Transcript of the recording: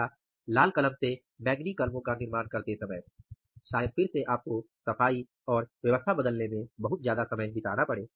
या लाल कलम से बैंगनी कलमों का निर्माण करते समय शायद फिर से आपको सफाई और व्यवस्था बदलने में बहुत ज्यादा समय बिताना पड़े